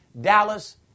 Dallas